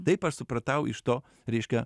taip aš supratau iš to reiškia